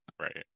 Right